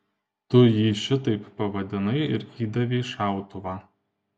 tu jį šitaip pavadinai ir įdavei šautuvą